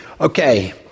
Okay